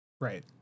Right